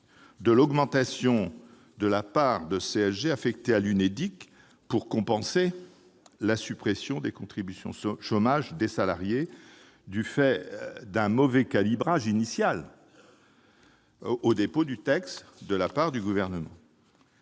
de l'augmentation de la part de CSG affectée à l'UNEDIC, pour compenser la suppression des contributions chômage des salariés, du fait d'un mauvais calibrage initial lors du dépôt du texte par le Gouvernement.